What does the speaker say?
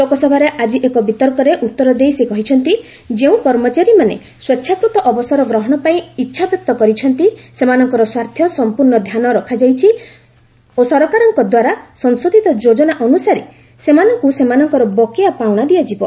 ଲୋକସଭାରେ ଆଜି ଏକ ବିତର୍କରେ ଉତ୍ତର ଦେଇ ସେ କହିଛନ୍ତି ଯେଉଁ କର୍ମଚାରୀମାନେ ସ୍ୱେଚ୍ଛାକୃତ ଅବସର ଗ୍ରହଣ ପାଇଁ ଇଚ୍ଛାବ୍ୟକ୍ତ କରିଛନ୍ତି ସେମାନଙ୍କର ସ୍ୱାର୍ଥ ସମ୍ପର୍ଣ୍ଣ ଧ୍ୟାନ ରଖାଯାଉଛି ଓ ସରକାରଙ୍କଦ୍ୱାରା ସଂଶୋଧିତ ଯୋଜନା ଅନୁସାରେ ସେମାନଙ୍କୁ ସେମାନଙ୍କର ବକେୟା ପାଉଣା ଦିଆଯିବ